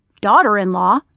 daughter-in-law